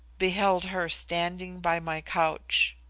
beheld her standing by my couch.